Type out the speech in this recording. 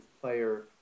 player